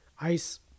ice